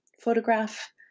photograph